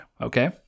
Okay